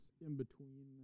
in-between